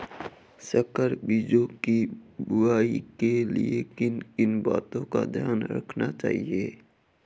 संकर बीजों की बुआई के लिए किन किन बातों का ध्यान रखना चाहिए?